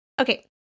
Okay